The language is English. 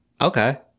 Okay